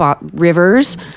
rivers